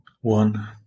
One